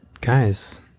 Guys